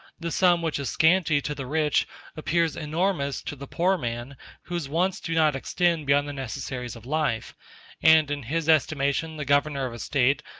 the sum which is scanty to the rich appears enormous to the poor man whose wants do not extend beyond the necessaries of life and in his estimation the governor of a state,